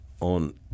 on